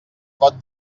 pot